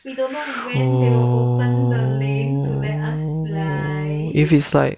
true if it's like